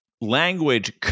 language